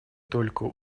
только